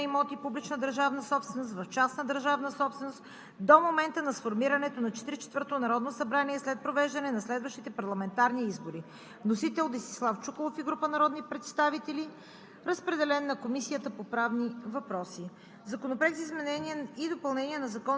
представляващи частна и публично държавна собственост, както и на действията относно преобразуването на имоти публично-държавна собствена в частна държавна собственост до момента на сформирането на 44-тото народно събрание след провеждане на следващите парламентарни избори. Вносител – Десислав Чуколов и група народни представители.